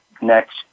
next